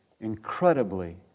incredibly